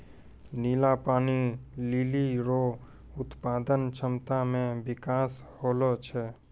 नीला पानी लीली रो उत्पादन क्षमता मे बिकास होलो छै